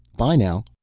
by, now.